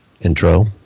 intro